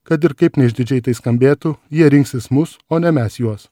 kad ir kaip neišdidžiai tai skambėtų jie rinksis mus o ne mes juos